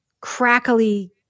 crackly